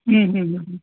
હમ હમ હમ